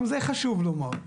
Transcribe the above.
גם זה חשוב לומר.